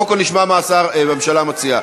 קודם כול נשמע מה הממשלה מציעה.